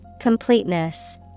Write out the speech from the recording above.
Completeness